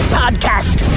podcast